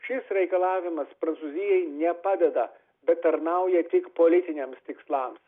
šis reikalavimas prancūzijai nepadeda bet tarnauja tik politiniams tikslams